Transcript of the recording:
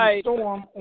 storm